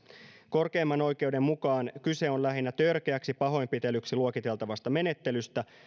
korkeimman oikeuden mukaan kyse on lähinnä törkeäksi pahoinpitelyksi luokiteltavasta menettelystä